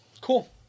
Cool